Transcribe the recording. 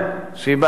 אני מאוד מקווה,